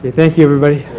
thank you, everybody.